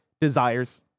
desires